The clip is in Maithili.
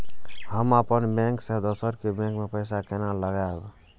हम अपन बैंक से दोसर के बैंक में पैसा केना लगाव?